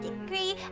degree